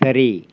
சரி